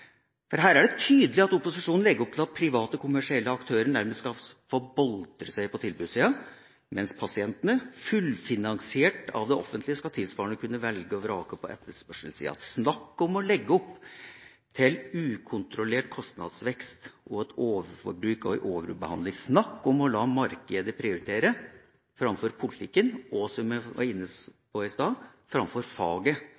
Høyre. Her er det tydelig at opposisjonen legger opp til at private kommersielle aktører nærmest skal få boltre seg på tilbudssida, mens pasientene, fullfinansiert av det offentlige, tilsvarende skal kunne velge og vrake på etterspørselssida. Snakk om å legge opp til ukontrollert kostnadsvekst, overforbruk og overbehandling. Snakk om å la markedet prioritere framfor politikken og, som jeg var inne